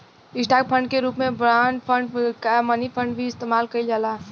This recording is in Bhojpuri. स्टॉक फंड के रूप में बॉन्ड फंड आ मनी फंड के भी इस्तमाल कईल जाला